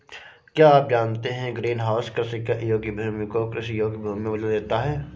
क्या आप जानते है ग्रीनहाउस कृषि के अयोग्य भूमि को कृषि योग्य भूमि में बदल देता है?